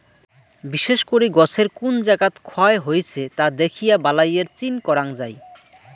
বিশেষ করি গছের কুন জাগাত ক্ষয় হইছে তা দ্যাখিয়া বালাইয়ের চিন করাং যাই